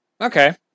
Okay